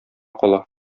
кала